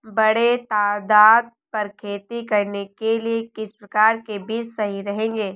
बड़े तादाद पर खेती करने के लिए किस प्रकार के बीज सही रहेंगे?